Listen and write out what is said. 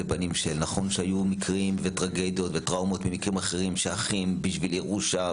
נכון שהיו מקרים וטרגדיות וטראומות ממקרים אחרים שאחים בשביל ירושה,